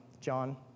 John